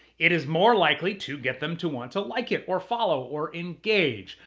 it is more likely to get them to want to like it or follow or engage.